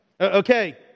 Okay